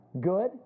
Good